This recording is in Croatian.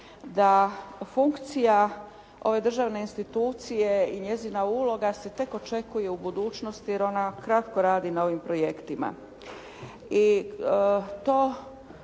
da funkcija ove državne institucije i njezina uloga se tek očekuje u budućnosti, jer ona kratko radi na ovim projektima